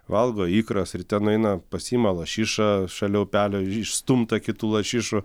valgo ikras ryte nueina pasiima lašišą šalia upelio išstumtą kitų lašišų